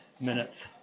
minutes